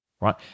right